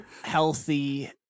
healthy